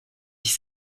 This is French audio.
dix